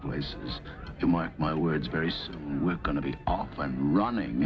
places to my my words very soon we're going to be running